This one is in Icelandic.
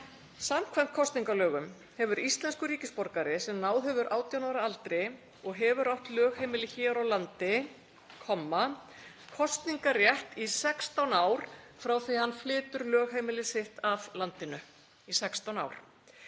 Samkvæmt kosningalögum hefur íslenskur ríkisborgari, sem náð hefur 18 ára aldri og hefur átt lögheimili hér á landi, kosningarrétt í 16 ár frá því að hann flytur lögheimili af landinu — í 16 ár.